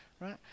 right